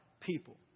people